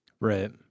Right